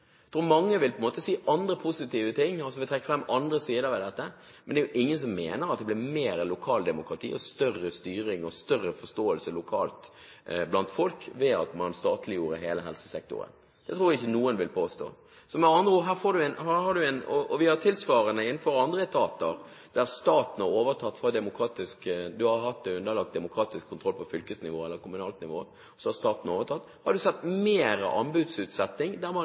tror mange vil si andre positive ting, og vil trekke fram andre sider ved den, men det er jo ingen som mener at det blir mer lokaldemokrati og mer styring og større forståelse lokalt blant folk, ved at man statliggjorde hele helsesektoren. Det tror jeg ikke noen vil påstå. Vi har tilsvarende innenfor andre etater, hvor man har vært underlagt demokratisk kontroll på fylkesnivå eller kommunalt nivå, og så har staten overtatt. Der har man sett mer anbudsutsetting og har i mindre grad tatt hensyn til lokalt næringsliv, lokal langsiktighet for folk som er frivillige, og som driver frivillige organisasjoner og annet, og hvor du